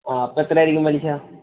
ആ അപ്പോൾ എത്രയായിരിക്കും പലിശ